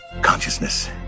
consciousness